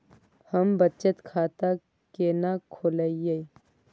हम बचत खाता केना खोलइयै?